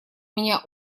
меня